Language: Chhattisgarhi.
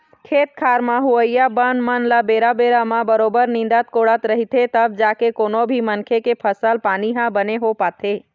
खेत खार म होवइया बन मन ल बेरा बेरा म बरोबर निंदत कोड़त रहिथे तब जाके कोनो भी मनखे के फसल पानी ह बने हो पाथे